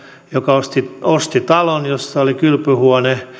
osti osti talon jossa oli kylpyhuone